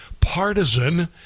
partisan